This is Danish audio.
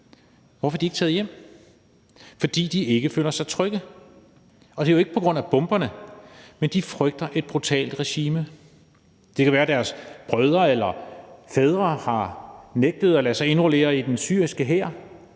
Hvorfor er de ikke taget hjem? Fordi de ikke føler sig trygge. Det er jo ikke på grund af bomberne, men de frygter et brutalt regime. Det kan være, at deres brødre eller fædre har nægtet at lade sig indrullere i den syriske hær.